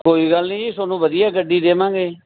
ਕੋਈ ਗੱਲ ਨਹੀਂ ਜੀ ਤੁਹਾਨੂੰ ਵਧੀਆ ਗੱਡੀ ਦੇਵਾਂਗੇ